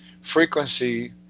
frequency